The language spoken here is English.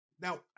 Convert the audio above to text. Now